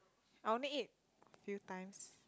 I only eat few times